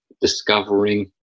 discovering